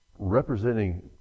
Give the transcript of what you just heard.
representing